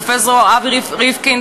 פרופסור אבי ריבקינד,